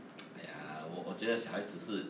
!aiya! 我我觉得小孩子是